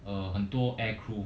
uh 很多 air crew